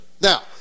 now